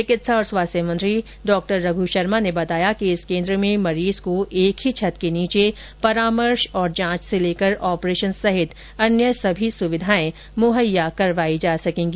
चिकित्सा और स्वास्थ्य मंत्री डॉक्टर रघु शर्मा ने बताया कि इस केन्द्र में मरीज को एक ही छत के नीचे परामर्श और जांच से लेकर ऑपरेशन सहित अन्य सभी सुविधाएं मुहैया करवाई जा सकेंगी